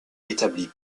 établit